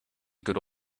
could